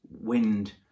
wind